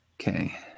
Okay